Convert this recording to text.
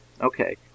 Okay